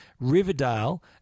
riverdale